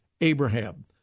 Abraham